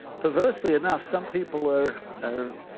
perversely enough some people are are